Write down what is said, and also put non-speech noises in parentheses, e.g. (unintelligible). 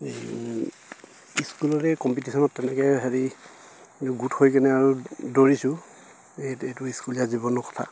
(unintelligible) ইস্কুলৰে কম্পিটিশ্যনত তেনেকে হেৰি গোট হৈ কিনে আৰু দৌৰিছোঁ এই এইটো স্কুলীয়া জীৱনৰ কথা